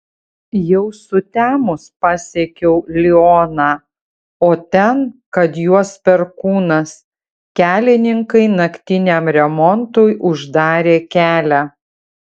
jau sutemus pasiekiau lioną o ten kad juos perkūnas kelininkai naktiniam remontui uždarė kelią